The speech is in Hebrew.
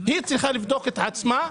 היא צריכה לבדוק את עצמה,